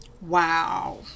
Wow